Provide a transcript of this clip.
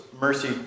mercy